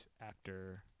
actor